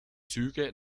züge